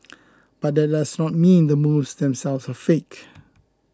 but that mean the moves themselves are fake